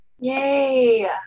Yay